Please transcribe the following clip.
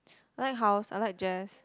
like house I like jazz